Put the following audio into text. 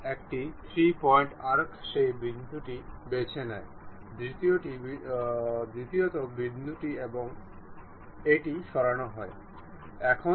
এটি দেখার জন্য আসুন আমরা কেবল এটিকে স্বচ্ছ করে তুলি